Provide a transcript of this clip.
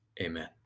Amen